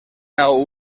nau